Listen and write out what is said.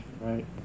right